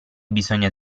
bisogna